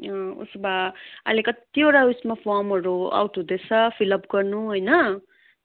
अँ उसो भए अहिले कत्तिवडा ऊ यसमा फर्महरू आउट हुँदैछ फिलअप गर्नु होइन